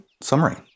summary